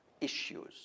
issues